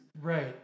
Right